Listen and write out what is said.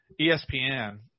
ESPN